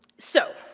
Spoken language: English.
so,